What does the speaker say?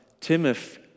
Timothy